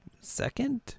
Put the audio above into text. Second